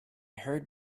heard